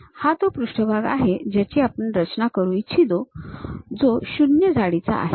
हा तो पृष्ठभाग आहे ज्याची आपण रचना करू इच्छितो जो 0 जाडीचा आहे